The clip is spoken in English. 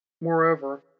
moreover